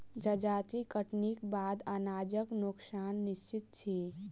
जजाति कटनीक बाद अनाजक नोकसान निश्चित अछि